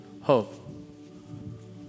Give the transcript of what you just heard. Hope